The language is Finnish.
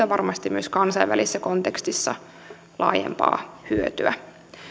varmasti myös kansainvälisessä kontekstissa laajempaa hyötyä